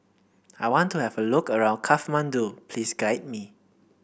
I want to have a look around Kathmandu please guide me